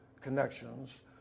connections